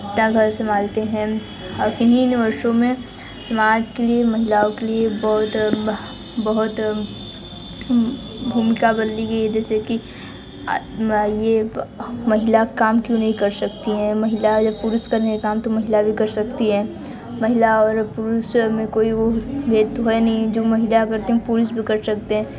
अपना घर संभालते हैं और इन्हीं वर्षों में समाज के लिए महिलाओं के लिए बहुत बहुत जैसे कि ना ये महिला काम क्यों नहीं कर सकती है महिला या पुरुष करने का काम तो महिला भी कर सकती है महिला और पुरुष में कोई वो भेद नहीं है जो महिला अगर तुम पुरुष भी कर सकते हैं